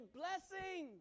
blessing